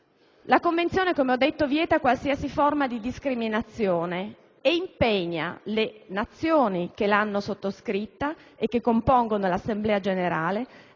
La Convenzione vieta qualsiasi forma di discriminazione e impegna le Nazioni che l'hanno sottoscritta, e che compongono l'Assemblea generale,